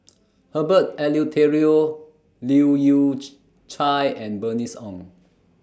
Herbert Eleuterio Leu Yew Chye and Bernice Ong